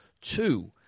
two